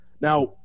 Now